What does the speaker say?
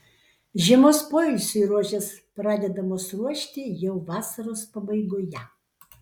žiemos poilsiui rožės pradedamos ruošti jau vasaros pabaigoje